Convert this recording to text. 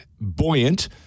buoyant